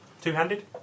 Two-handed